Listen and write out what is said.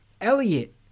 Elliot